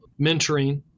mentoring